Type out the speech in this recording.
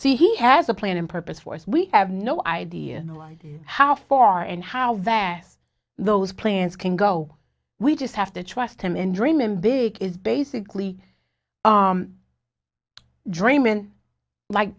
so he has a plan and purpose for us we have no idea how far and how vast those plans can go we just have to trust him and dream him big is basically a dream and like